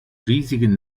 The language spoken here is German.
riesigen